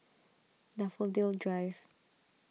Daffodil Drive